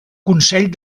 consell